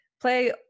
play